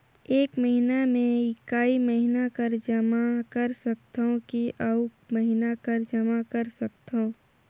एक महीना मे एकई महीना कर जमा कर सकथव कि अउ महीना कर जमा कर सकथव?